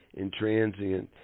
intransient